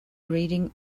reading